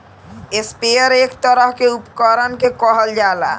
sprayer एक तरह के उपकरण के कहल जाला